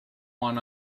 one